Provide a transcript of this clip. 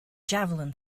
javelin